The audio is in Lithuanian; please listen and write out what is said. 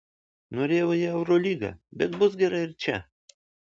norėjau į eurolygą bet bus gerai ir čia